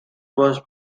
was